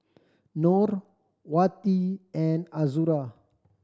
Nor Wati and Azura